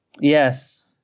Yes